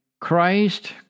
Christ